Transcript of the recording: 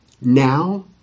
Now